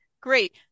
great